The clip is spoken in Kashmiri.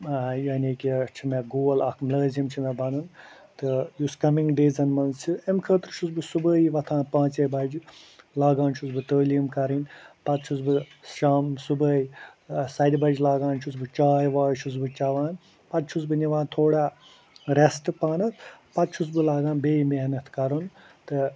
یعنی کہِ چھِ مےٚ گول اکھ مٕلٲزم چھِ مےٚ بنُن تہٕ یُس کمنٛگ ڈیزن منٛز چھِ امہِ خٲطرٕ چھُس بہٕ صُبحٲے وۄتھان پانٛژے بجہِ لاگان چھُس بہٕ تٲلیٖم کَرٕنۍ پتہٕ چھُس بہٕ شام صبحٲے ستہِ بجہِ لاگان چھُس بہٕ چاے واے چھُس بہٕ چٮ۪وان پتہٕ چھُس بہٕ نِوان تھوڑا رٮ۪سٹ پانس پتہٕ چھُس بہٕ لاگان بیٚیہِ محنت کرُن تہٕ